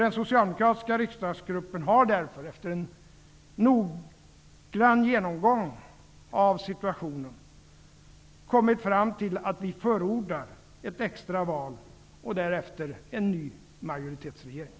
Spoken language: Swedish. Den socialdemokratiska riksdagsgruppen har därför efter en noggrann genomgång av situationen kommit fram till att vi förordar ett extra val och därefter en ny majoritetsregering.